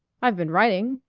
i've been writing.